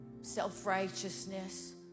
self-righteousness